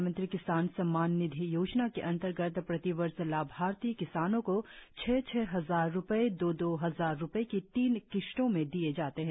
प्रधानमंत्री किसान सम्मान निधि योजना के अंतर्गत प्रति वर्ष लाभार्थी किसानों को छह छह हजार रुपये दो दो हजार रुपये की तीन किस्तों में दिए जाते हैं